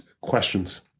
questions